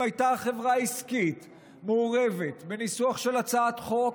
אם הייתה חברה עסקית מעורבת בניסוח של הצעת החוק,